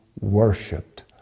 worshipped